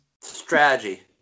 Strategy